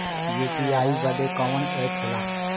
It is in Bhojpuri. यू.पी.आई बदे कवन ऐप होला?